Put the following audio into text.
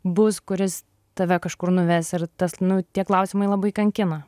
bus kuris tave kažkur nuves ir tas nu tie klausimai labai kankina